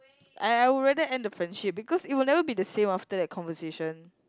I I would rather end the friendship because it'll never be the same after that conversation